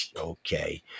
Okay